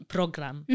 Program